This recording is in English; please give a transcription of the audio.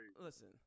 Listen